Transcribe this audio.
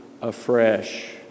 afresh